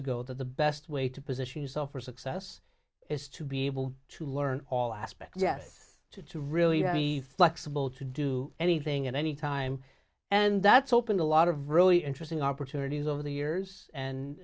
ago that the best way to position yourself for success is to be able to learn all aspects yes to really be flexible to do anything at any time and that's opened a lot of really interesting opportunities over the years and